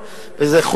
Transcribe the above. הצבירה.